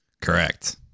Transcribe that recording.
Correct